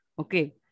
Okay